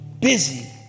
Busy